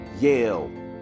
Yale